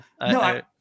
No